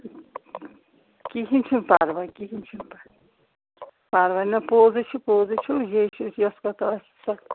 کِہیٖنۍ چھِنہٕ پرواے کِہیٖنۍ چھِنہٕ پرواے پرواے نہٕ نہ پوٚز ۂے چھِ پوٚز ۂے چھُ یہِ ۂے چھِ یۄس کَتھ آسہِ سۄ